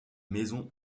maisons